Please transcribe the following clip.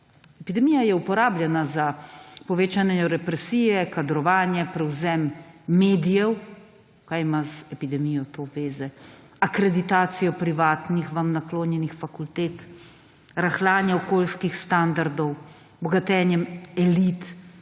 Epidemija je uporabljena za povečanje represije, kadrovanja, prevzem medijev. Kaj ima z epidemijo to veze? Akreditacijo privatnih vam naklonjenih fakultet, rahljanje okoljskih standardov, bogatenjem elit